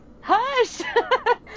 hush